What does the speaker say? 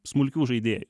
smulkių žaidėjų